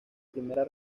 primera